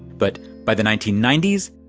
but by the nineteen ninety s,